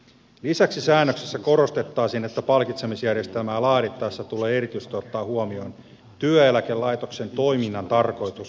lisäksi säännöksessä korostettaisiin että palkitsemisjärjestelmää laadittaessa tulee erityisesti ottaa huomioon työeläkelaitoksen toiminnan tarkoitus